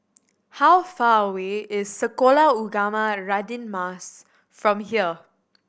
how far away is Sekolah Ugama Radin Mas from here